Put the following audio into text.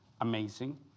amazing